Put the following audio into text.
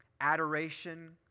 Adoration